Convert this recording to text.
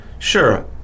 sure